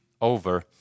over